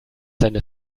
seine